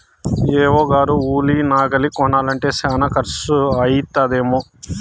AO గారు ఉలి నాగలి కొనాలంటే శానా కర్సు అయితదేమో